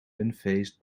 unfazed